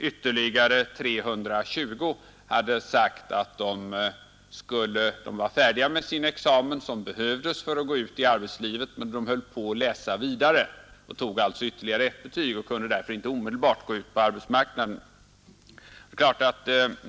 Ytterligare 320 hade sagt att de var färdiga med den examen som behövdes för att de skulle gå ut i arbetslivet, men de höll på att läsa vidare för att ta ytterligare betyg och kunde därför inte genast börja arbeta.